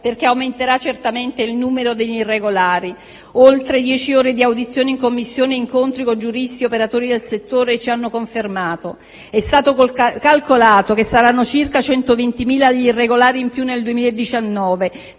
perché aumenterà certamente il numero degli irregolari, come oltre dieci ore di audizioni in Commissione e incontri con giuristi e operatori del settore ci hanno confermato. È stato calcolato che saranno circa 120.000 gli irregolari in più nel 2019,